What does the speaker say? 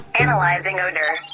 analyzing odor